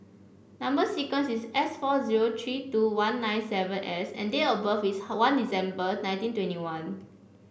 number sequence is S four zero three two one nine seven S and date of birth is one December nineteen twenty one